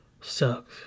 Sucks